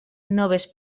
noves